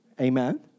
Amen